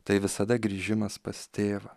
tai visada grįžimas pas tėvą